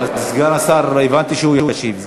סגן השר, הבנתי שהוא ישיב.